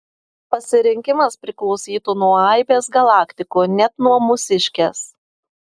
pasirinkimas priklausytų nuo aibės galaktikų net nuo mūsiškės